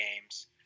games